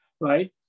right